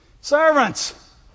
Servants